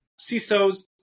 CISOs